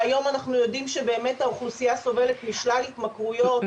והיום אנחנו יודעים שבאמת האוכלוסייה סובלת משלל התמכרויות.